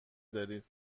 دارید